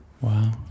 Wow